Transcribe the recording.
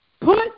put